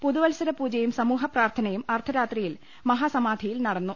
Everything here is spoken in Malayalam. പുതുവത്സര പൂജയും സമൂഹ പ്രാർത്ഥനയും അർദ്ധരാ ത്രിയിൽ മഹാസമാധിയിൽ നടന്നു